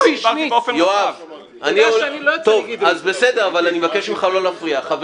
זו אמירה --- אני הייתי פעם --- אז אני רוצה לשמוע אותו עד סוף